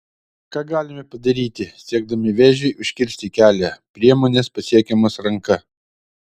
ką galime padaryti siekdami vėžiui užkirsti kelią priemonės pasiekiamos ranka